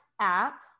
app